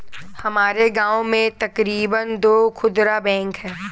हमारे गांव में तकरीबन दो खुदरा बैंक है